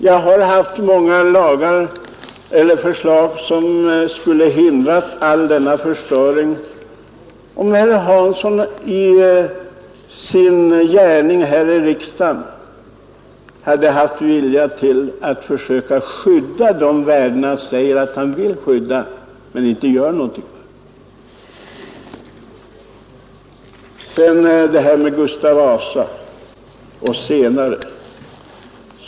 Jag har lagt fram många förslag som skulle ha förhindrat all denna förstöring om herr Hansson hade haft viljan att försöka skydda de värden han säger sig vilja skydda men som han inte gör någonting för att skydda. Herr Hansson tog upp detta med Gustav Vasa och vad som hände sedan.